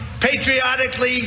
patriotically